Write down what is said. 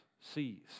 sees